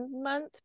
month